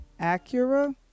Acura